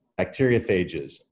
bacteriophages